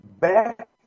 back